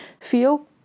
feel